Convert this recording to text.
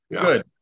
good